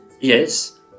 Yes